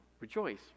rejoice